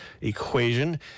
EQUATION